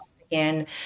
again